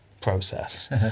process